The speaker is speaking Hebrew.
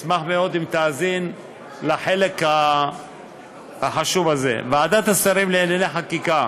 אשמח מאוד אם תאזין לחלק החשוב הזה: ועדת השרים לענייני חקיקה